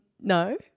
No